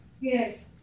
Yes